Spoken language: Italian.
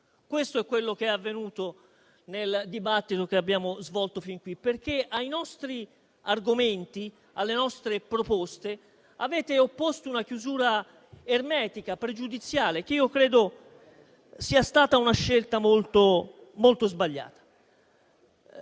Questo è quello che è avvenuto nel dibattito che abbiamo svolto fin qui, perché ai nostri argomenti, alle nostre proposte avete opposto una chiusura ermetica, pregiudiziale, che credo sia stata una scelta molto sbagliata.